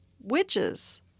witches